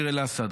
דיר אל-אסד,